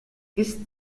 ist